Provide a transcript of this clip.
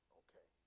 okay